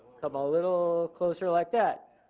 come a little closer like that.